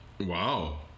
Wow